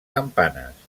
campanes